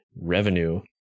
revenue